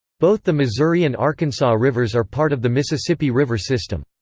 both the missouri and arkansas rivers are part of the mississippi river system.